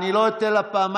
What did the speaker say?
אני לא אתן לה פעמיים.